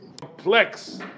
complex